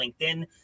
LinkedIn